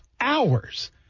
hours